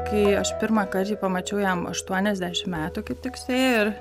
kai aš pirmąkart jį pamačiau jam aštuoniasdešimt metų kaip tik suėjo ir